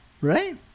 Right